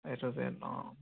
A to Z অঁ